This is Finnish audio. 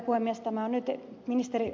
tämä on nyt ed